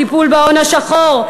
טיפול בהון השחור,